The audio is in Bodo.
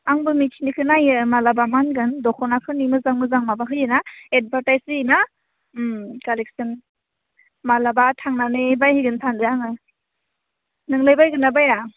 आंबो मिथिनिखौ नायो मालाबा मा होनगोन दख'नाफोरनि मोजां मोजां माबा होयो ना एदभारटाइस होयो ना ओम कालेकसन मालाबा थांनानै बायहैनो सानदों आङो नोंलाय बायगोन ना बाया